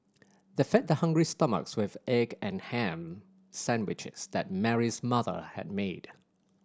they fed their hungry stomachs with egg and ham sandwiches that Mary's mother had made